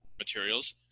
materials